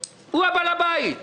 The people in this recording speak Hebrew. הוא בעל הבית.